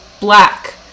black